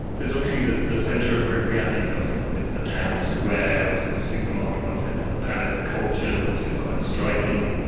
there is obviously the the centre of pripyat you've got yeah the the town square which has a supermarket off it and the palace of culture which is quite striking,